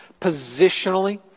positionally